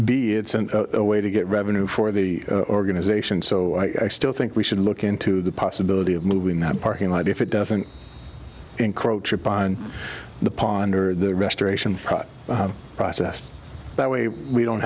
be it's a way to get revenue for the organization so i still think we should look into the possibility of moving that parking lot if it doesn't encroach upon the ponder the restoration project process that way we don't